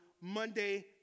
Monday